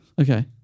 Okay